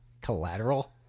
collateral